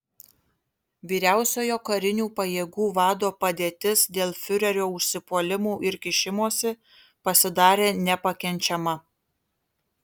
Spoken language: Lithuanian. vyriausiojo karinių pajėgų vado padėtis dėl fiurerio užsipuolimų ir kišimosi pasidarė nepakenčiama